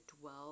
dwell